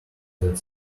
that